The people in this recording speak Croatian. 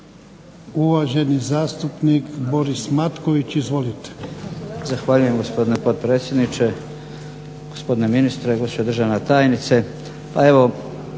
uvaženi zastupnik Boris Matković. Izvolite.